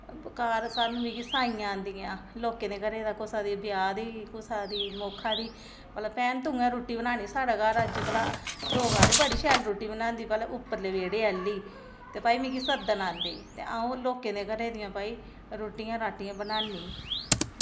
घर सानूं मिगी साइयां औंदियां लोकें दे घरै दा कुसै दी ब्याह् दी कुसै दी मोक्खा दी भला भैन तुहें रुट्टी बनानी साढ़े घर अज्ज भला लोक आखदे बड़ी शैल रुट्टी बनांदी भला उप्परले बेह्ड़े आह्ली ते भई मिगी सद्दन औंदे ते अंऊ लोकें दे घरें दियां भई रुट्टियां राट्टियां बनान्नी